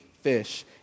fish